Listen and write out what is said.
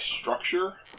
structure